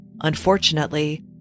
Unfortunately